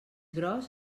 gros